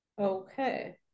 Okay